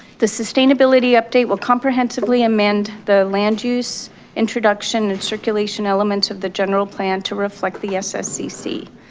the sustainability update will comprehensively amend the land use introduction and circulation elements of the general plan to reflect the sscc.